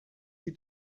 die